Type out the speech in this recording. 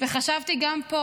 וחשבתי גם פה: